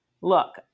look